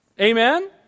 Amen